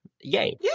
yay